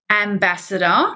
Ambassador